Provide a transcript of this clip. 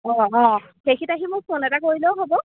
অঁ অঁ সেইখিনিতে আহি মোক ফোন এটা কৰিলেও হ'ব